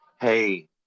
Hey